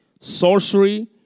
sorcery